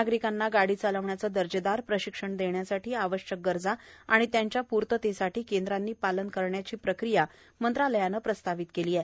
नागरिकांना गाडी चालवण्याचं दर्जेदार प्रशिक्षण देण्यासाठी आवश्यक गरजा आणि त्यांच्या पूर्ततेसाठी केंद्रांनी पालन करण्याची प्रक्रिया मंत्रालयानं प्रस्तावित केली आहे